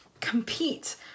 compete